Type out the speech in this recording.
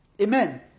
Amen